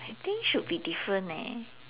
I think should be different leh